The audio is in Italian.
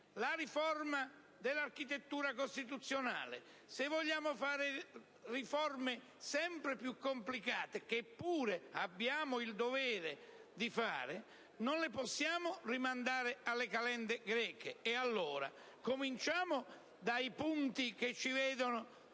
la riforma dell'architettura costituzionale e altre riforme sempre più complicate, che pure abbiamo il dovere di realizzare, non possiamo rinviare tutto alle calende greche. Allora, cominciamo dai punti che ci vedono